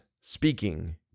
speaking